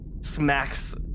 smacks